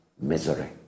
misery